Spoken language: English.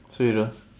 so you don't